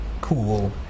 cool